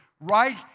right